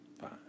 fine